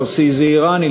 פרסי זה איראני,